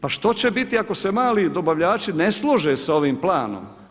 Pa što će biti ako se mali dobavljači ne slože sa ovim planom?